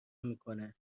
میکنه